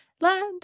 land